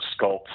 sculpt